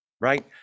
right